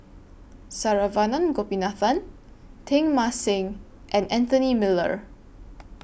Saravanan Gopinathan Teng Mah Seng and Anthony Miller